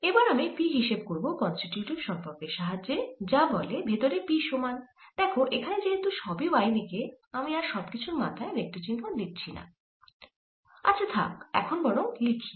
এবার আমি P হিসেব করব কন্সটিটিউটিভ সম্পর্কের সাহায্যে যা বলে ভেতরে P সমান দেখো এখানে যেহেতু সবই y দিকে আমি আর সব কিছুর মাথায় ভেক্টর চিহ্ন দিচ্ছি না আচ্ছা থাক এখন বরং লিখি